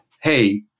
hey